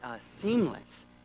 seamless